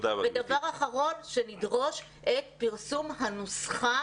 ודבר אחרון, לדרוש את פרסום הנוסחה.